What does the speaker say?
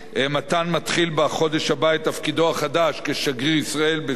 מתן מתחיל בחודש הבא את תפקידו החדש כשגריר ישראל בסין,